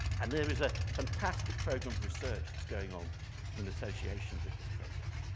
and there is a fantastic program of research that's going on in association with this program.